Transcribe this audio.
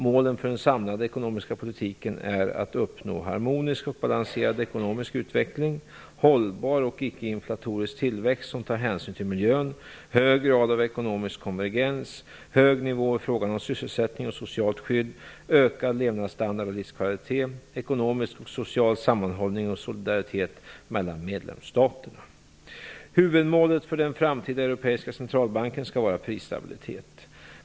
Målen för den samlade ekonomiska politiken är att uppnå - harmonisk och balanserad ekonomisk utveckling, - hållbar och icke-inflatorisk tillväxt som tar hänsyn till miljön, - hög grad av ekonomisk konvergens, - hög nivå i fråga om sysselsättning och socialt skydd, - ökad levnadsstandard och livskvalitet, och - ekonomisk och social sammanhållning och solidaritet mellan medlemsstaterna. Huvudmålet för den framtida europeiska centralbanken skall vara prisstabiliet.